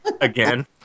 again